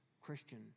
Christian